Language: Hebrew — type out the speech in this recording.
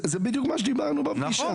זה בדיוק מה שדיברנו בפגישה.